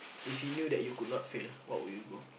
if you knew that you could not fail what would you go